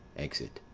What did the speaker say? exit.